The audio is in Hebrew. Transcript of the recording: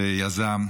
שיזם,